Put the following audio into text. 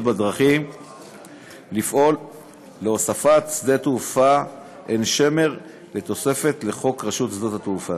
בדרכים לפעול להוספת שדה-התעופה עין-שמר לתוספת לחוק רשות שדות התעופה,